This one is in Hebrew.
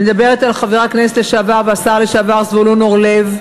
אני מדברת על חבר הכנסת והשר לשעבר זבולון אורלב.